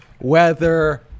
weather